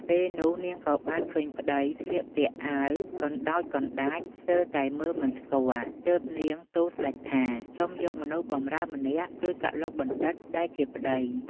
ពេលនោះ នាងក៏បានឃើញប្ដីស្លៀកពាក់អាវ កណ្ដោចកណ្ដាចស្ទើរតែមើលមិនស្គាល់ ទើបនាងទូលស្ដេចថា សុំយកមនុស្សបម្រើម្នាក់ គឺ កឡុកបណ្ឌិត ដែលជាប្ដី។